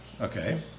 Okay